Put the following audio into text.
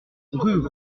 rue